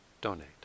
donate